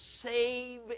save